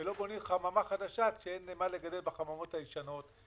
ולא בונים חממה חדשה כשאין מה לגדל בחממות הישנות.